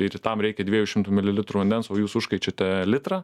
ir tam reikia dviejų šimtų mililitrų vandens o jūs užkaičiate litrą